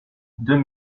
deux